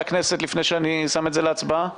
לחברי הכנסת לפני שאני שם את להצבעה?